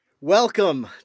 Welcome